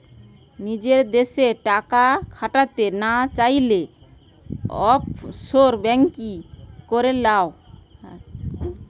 নিজের দেশে টাকা খাটাতে না চাইলে, অফশোর বেঙ্কিং করে লাও